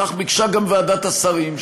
כך ביקשה גם ועדת השרים,